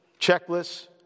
checklists